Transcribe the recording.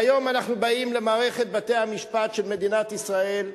והיום אנחנו באים למערכת בתי-המשפט של מדינת ישראל,